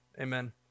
amen